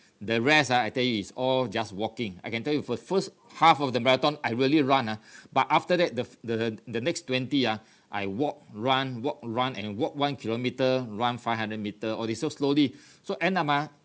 the rest ah I tell you is all just walking I can tell you for the first half of the marathon I really run ah but after that the the the the next twenty ah I walk run walk run and walk one kilometre run five hundred meter all this so slowly so end up ah